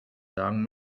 sagen